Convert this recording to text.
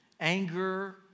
anger